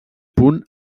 punt